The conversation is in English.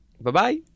Bye-bye